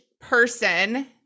person